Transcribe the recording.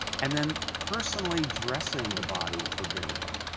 and then, personally dressing the body for burial.